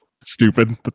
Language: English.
stupid